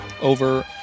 over